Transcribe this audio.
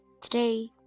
Today